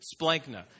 splankna